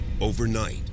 Overnight